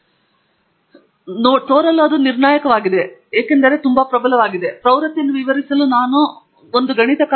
ಅದರ ಮುಖದ ಮೇಲೆ ಅದು ನಿರ್ಣಾಯಕವಾಗಿದೆ ಏಕೆಂದರೆ ಇದು ತುಂಬಾ ಪ್ರಬಲವಾಗಿದೆ ಪ್ರವೃತ್ತಿಯನ್ನು ವಿವರಿಸಲು ನಾನು ಹೊಂದಿಕೊಳ್ಳಬಹುದಾದ ಒಂದು ಗಣಿತ ಕಾರ್ಯವಿರುತ್ತದೆ